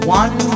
one